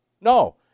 No